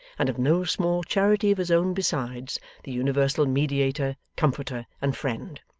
and of no small charity of his own besides the universal mediator, comforter, and friend.